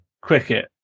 cricket